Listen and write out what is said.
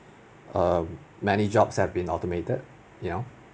um many jobs have been automated you know